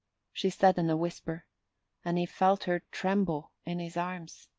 she said in a whisper and he felt her tremble in his arms.